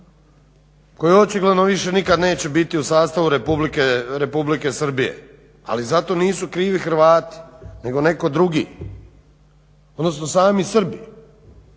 koji očigledno više nikad neće biti u sastavu Republike Srbije. Ali za to nisu krivi Hrvati nego netko drugi odnosno sami Srbi